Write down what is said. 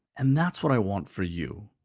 and that's what i want for you.